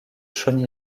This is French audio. chauny